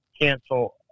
cancel